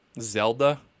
Zelda